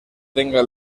tenga